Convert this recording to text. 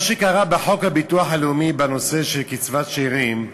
מה שקרה בחוק הביטוח הלאומי בנושא של קצבת שאירים,